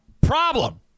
Problem